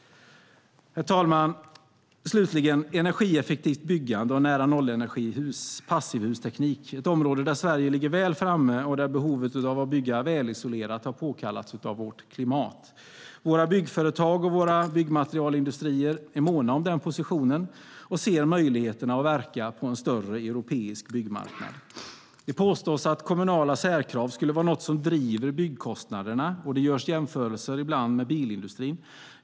Herr talman! Energieffektivt byggande, nära-noll-energihus och passivhusteknik är ett område där Sverige ligger väl framme och där behovet att bygga välisolerat påkallats av vårt klimat. Våra byggföretag och byggmaterialindustrier är måna om den positionen och ser möjligheter att verka på en större europeisk byggmarknad. Det påstås att kommunala särkrav skulle vara något som driver upp byggkostnaderna, och det görs ibland jämförelser med bilindustrin.